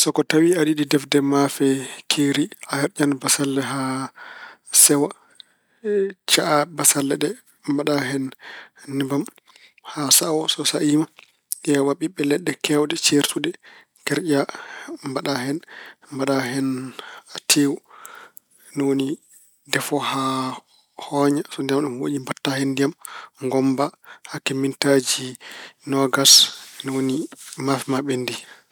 So ko tawi aɗa yiɗi defde maafe Keeri, herƴan bassalle haa sewa. caha bassalle ɗe. Mbaɗa hen nebam haa sa'o. So sayiima ƴeewa ɓiɓɓe leɗɗe keewɗe ceertuɗe, kerƴa. Mbaɗa hen- mbaɗa hen tewu. Ni woni defo haa hooƴa. So ndiyam ɗam hooƴi, mbaɗa hen ndiyam, ngommba hakke mintaaji noogas. Ni woni maafe ma ɓenndi.